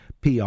PR